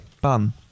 bun